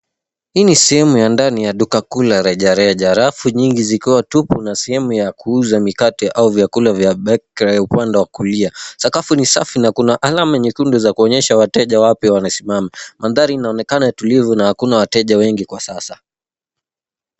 Hii ni sehemu ya ndani ya duka kuu la rejareja. Rafu nyingi ziko tupu na sehemu ya kuuza mikate au vyakula vya bakery upande wa kulia. Sakafu ni safi na kuna alama nyekundu za kuonyesha wateja wapi wanasimama. Mandhari inaonekana tulivu na hakuna wateja wengi kwa sasa.